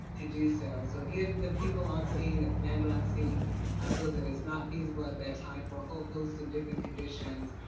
to do so. so if the people on scene, the commander on scene feels like it is not visible at that time for a whole host of different conditions,